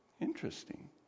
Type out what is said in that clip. Interesting